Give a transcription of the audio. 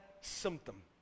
symptom